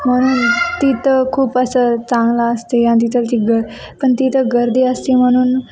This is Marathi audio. म्हणून तिथं खूप असं चांगलं असते आणि तिथल ती ग पण तिथं गर्दी असते म्हणून